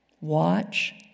Watch